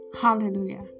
Hallelujah